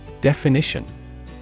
Definition